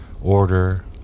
order